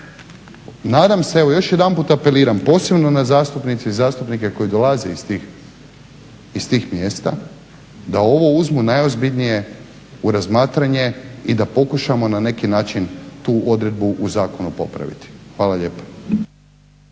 Nadam se, evo još jedanput apeliram, posebno na zastupnice i zastupnike koji dolaze iz tih mjesta da ovo uzmu najozbiljnije u razmatranje i da pokušamo na neki način tu odredbu u zakonu popraviti. Hvala lijepo.